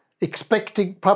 expecting